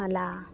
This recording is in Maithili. वला